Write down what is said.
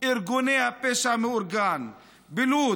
ארגוני הפשע המאורגן בלוד,